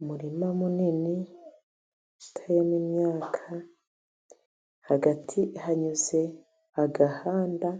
Umurima munini uteyemo imyaka, hagati hanyuze agahanda